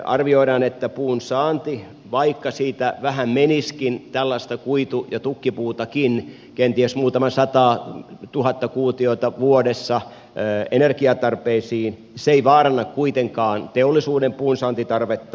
arvioidaan että vaikka vähän menisikin tällaista kuitu ja tukkipuutakin kenties muutama satatuhatta kuutiota vuodessa energiatarpeisiin se ei vaaranna kuitenkaan teollisuuden puunsaantitarvetta